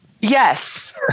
Yes